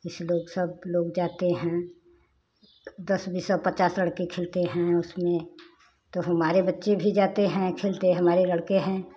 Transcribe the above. कुछ लोग सब लोग जाते हैं दस बीस और पचास लड़के खेलते हैं उसमें त हमारे बच्चे भी जाते हैं खेलते हैं हमारे लड़के हैं